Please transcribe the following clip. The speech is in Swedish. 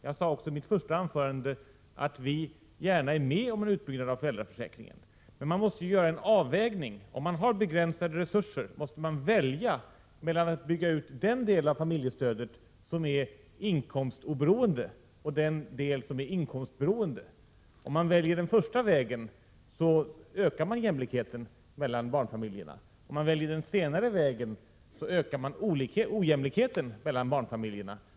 Jag sade också i mitt första anförande att vi gärna är med om en utbyggnad av föräldraförsäkringen. Men man måste göra en avvägning. Om man har begränsade resurser måste man välja mellan att bygga ut den del av familjestödet som är inkomstoberoende och den del som är inkomstberoende. Om man väljer den första vägen, ökar man jämlikheten mellan barnfamiljerna. Om man väljer den senare vägen, ökar man ojämlikheten mellan barnfamiljerna.